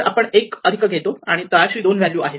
तर आपण एक अधिक घेतो आणि तळाशी दोन व्हॅल्यू आहे